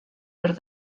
per